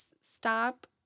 Stop